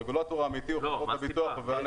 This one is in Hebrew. הרגולטור האמיתי הוא חברות הביטוח ויבואני